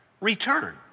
return